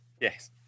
Yes